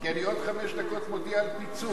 כי אני עוד חמש דקות מודיע על פיצול.